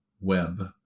web